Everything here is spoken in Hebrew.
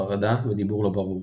חרדה ודיבור לא ברור.